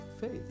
faith